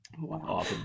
Wow